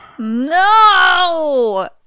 No